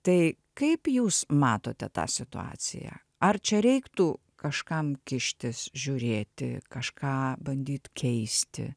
tai kaip jūs matote tą situaciją ar čia reiktų kažkam kištis žiūrėti kažką bandyt keisti